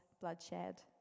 bloodshed